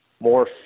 more